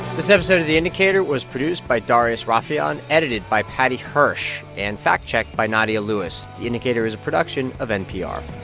this episode of the indicator was produced by darius rafieyan, edited by paddy hirsch and fact-checked by nadia lewis. the indicator is a production of npr